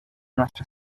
nuestra